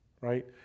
Right